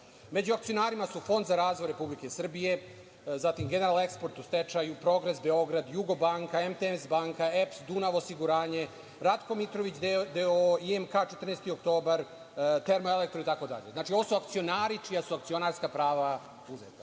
Među akcionarima su Fond za razvoj Republike Srbije, zatim General Eksport u stečaju, Progres Beograd, Jugobanka, MTS banka, EPS, Dunav osiguranje, Ratko Mitrović d.o.o, IMK „14. oktobar“, „Termoelektro“, itd. Dakle, ovo su akcionari čija su akcionarska prava